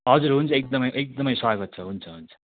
हजुर हुन्छ एकदमै एकदमै स्वागत छ हुन्छ हुन्छ